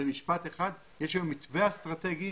יש היום מתווה אסטרטגי,